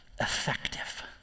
effective